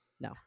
no